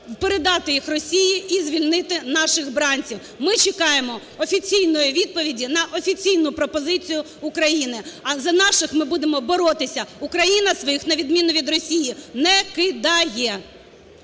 передати їх Росії і звільнити наших бранців. Ми чекаємо офіційної відповіді на офіційну пропозицію України. А за наших ми будемо боротися! Україна своїх, на відміну від Росії, не кидає!